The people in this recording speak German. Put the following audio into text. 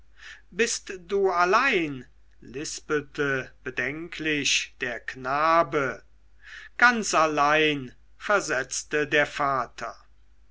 bist du allein lispelte bedenklich der knabe ganz allein versetzte der vater